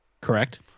Correct